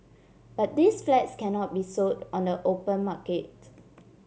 but these flats cannot be sold on the open market